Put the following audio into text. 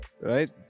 right